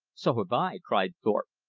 so have i, cried thorpe,